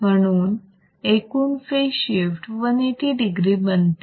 म्हणून एकूण phase shift 180 degree बनते